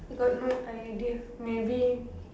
I got no idea maybe